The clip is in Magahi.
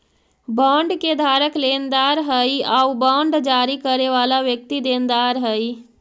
बॉन्ड के धारक लेनदार हइ आउ बांड जारी करे वाला व्यक्ति देनदार हइ